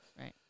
Right